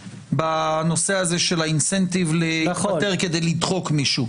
בנושא הזה של אינסנטיב להתפטר כדי לדחוק מישהו.